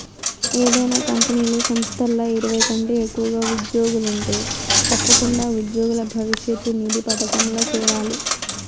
ఏదైనా కంపెనీలు, సంస్థల్ల ఇరవై కంటే ఎక్కువగా ఉజ్జోగులుంటే తప్పకుండా ఉజ్జోగుల భవిష్యతు నిధి పదకంల చేరాలి